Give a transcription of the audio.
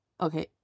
okay